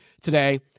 today